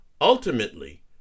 ultimately